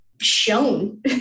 shown